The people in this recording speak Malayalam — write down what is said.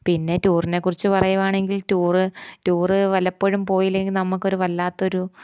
പിന്നെ ടൂറിനെക്കുറിച്ച് പറയുകയാണെങ്കിൽ ടൂറ് ടൂറ് വല്ലപ്പോഴും പോയില്ലെങ്കിൽ നമുക്കൊരു വല്ലാത്തൊരു